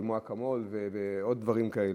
כמו "אקמול" ועוד דברים כאלה.